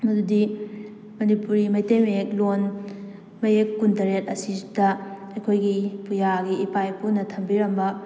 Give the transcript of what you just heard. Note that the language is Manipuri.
ꯑꯗꯨꯗꯤ ꯃꯅꯤꯄꯨꯔꯤ ꯃꯩꯇꯩ ꯃꯌꯦꯛ ꯂꯣꯟ ꯃꯌꯦꯛ ꯀꯨꯟ ꯇꯔꯦꯠ ꯑꯁꯤꯗ ꯑꯩꯈꯣꯏꯒꯤ ꯄꯨꯌꯥꯒꯤ ꯏꯄꯥ ꯏꯄꯨꯅ ꯊꯝꯕꯤꯔꯝꯕ